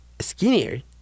skinnier